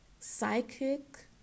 psychic